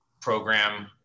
program